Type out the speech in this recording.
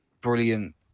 Brilliant